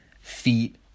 feet